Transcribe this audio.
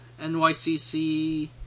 nycc